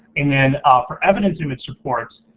and then for evidence image support,